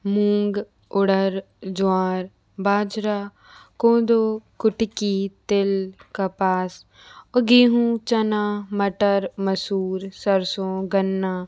मूँग उड़ड ज्वार बाजरा कोंदू कुटकी तिल कपास और गेहूँ चना मटर मसूर सरसों गन्ना